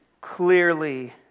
clearly